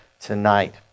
tonight